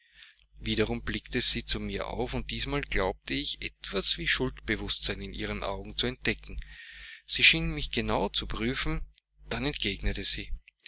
wiederum blickte sie zu mir auf und diesmal glaubte ich etwas wie schuldbewußtsein in ihren augen zu entdecken sie schien mich genau zu prüfen dann entgegnete sie